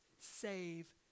save